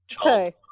okay